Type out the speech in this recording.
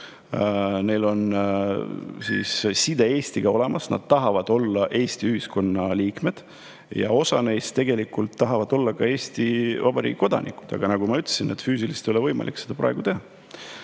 neil on olemas side Eestiga, nad tahavad olla Eesti ühiskonna liikmed ja osa neist tahavad olla ka Eesti Vabariigi kodanikud, aga nagu ma ütlesin, füüsiliselt ei ole võimalik seda praegu teha.